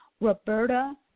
Roberta